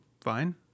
fine